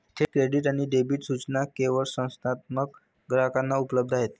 थेट क्रेडिट आणि डेबिट सूचना केवळ संस्थात्मक ग्राहकांना उपलब्ध आहेत